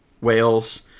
Wales